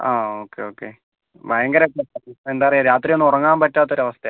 okay okay ഭയങ്കര എന്താ പറയുക രാത്രി ഒന്നും ഉറങ്ങാൻ പറ്റാത്ത ഒരവസ്ഥയാണ്